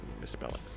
misspellings